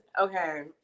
okay